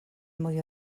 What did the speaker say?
mwy